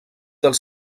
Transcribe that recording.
dels